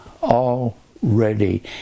Already